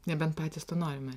nebent patys to norime